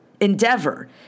endeavor